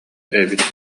эбит